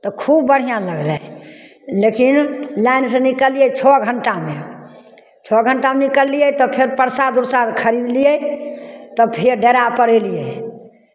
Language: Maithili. तऽ खूब बढ़िआँ लगलै लेकिन लाइनसँ निकललियै छओ घण्टामे छओ घण्टामे निकललियै तऽ फेर प्रसाद उरसाद खरीदलियै तऽ फेर डेरापर अयलियै